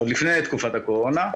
עוד לפני תקופת הקורונה,